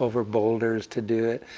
over boulders to do it.